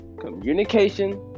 Communication